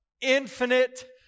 Infinite